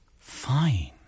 Fine